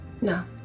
No